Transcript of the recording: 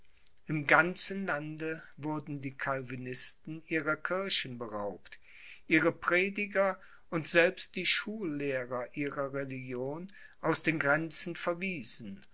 im ganzen lande wurden die calvinisten ihrer kirchen beraubt ihre prediger und selbst die schullehrer ihrer religion aus den grenzen verwiesen